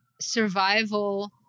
survival